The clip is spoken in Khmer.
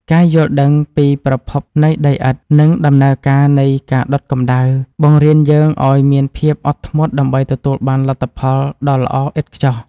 ការយល់ដឹងពីប្រភពនៃដីឥដ្ឋ និង ដំណើរការនៃការដុតកម្ដៅ បង្រៀនយើងឱ្យមានភាពអត់ធ្មត់ដើម្បីទទួលបានលទ្ធផលដ៏ល្អឥតខ្ចោះ។